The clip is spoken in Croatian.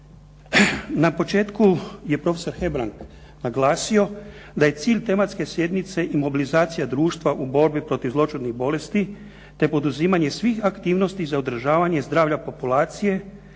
Na početku je profesor Hebrang naglasio da je cilj tematske sjednice i mobilizacija društva u borbi protiv zloćudnih bolesti te poduzimanje svih aktivnosti za održavanje zdravlja populacije,